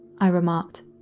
i remarked.